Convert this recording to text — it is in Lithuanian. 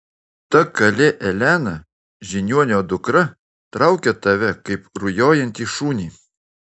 ta kalė elena žiniuonio dukra traukia tave kaip rujojantį šunį